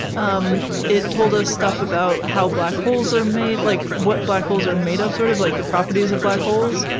um it told us stuff about how black holes are made, like what black holes are made of, sort of like the properties of black holes,